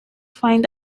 find